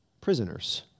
prisoners